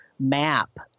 map